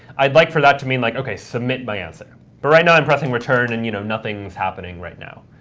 i'd like for that to mean like, ok, submit my answer. but right now i'm pressing return and you know, nothing's happening right now.